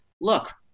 look